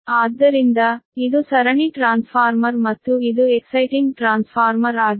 ಆದ್ದರಿಂದ ಇದು ಸರಣಿ ಟ್ರಾನ್ಸ್ಫಾರ್ಮರ್ ಮತ್ತು ಇದು ಅತ್ಯಾಕರ್ಷಕ ಟ್ರಾನ್ಸ್ಫಾರ್ಮರ್ ಆಗಿದೆ